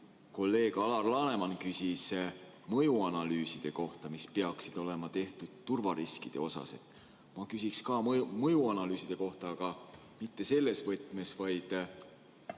Kolleeg Alar Laneman küsis mõjuanalüüside kohta, mis peaksid olema tehtud turvariskide kohta. Mina küsiksin ka mõjuanalüüside kohta, aga mitte selles võtmes, vaid